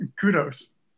kudos